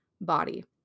body